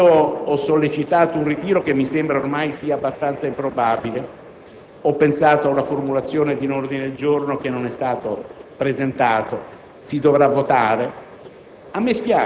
io ho sollecitato un ritiro, che mi sembra ormai sia abbastanza improbabile, ed ho pensato alla formulazione di un ordine del giorno, che non è stato presentato. Si dovrà votare.